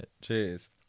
Cheers